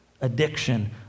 addiction